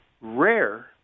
rare